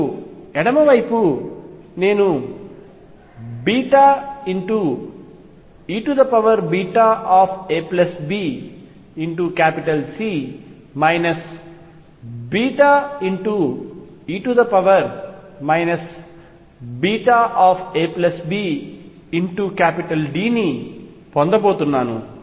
మరియు ఎడమ వైపు నేను eabC βe abD ని పొందబోతున్నాను